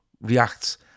reacts